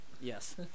Yes